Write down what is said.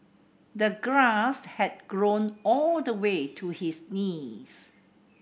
the grass had grown all the way to his knees